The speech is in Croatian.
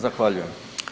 Zahvaljujem.